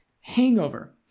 hangover